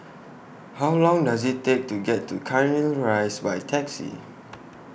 How Long Does IT Take to get to Cairnhill Rise By Taxi